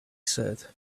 said